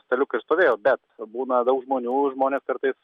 staliukai ir stovėjo bet būna daug žmonių žmonės kartais